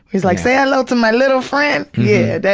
it was like say hello to my little friend? yeah,